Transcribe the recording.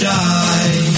die